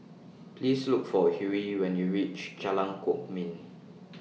Please Look For Hughie when YOU REACH Jalan Kwok Min